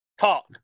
talk